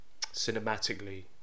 cinematically